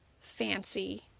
fancy